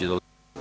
Izvolite.